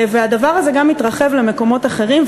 והדבר הזה מתרחב למקומות אחרים.